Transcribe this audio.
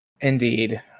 Indeed